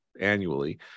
annually